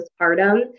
postpartum